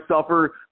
suffer